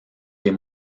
des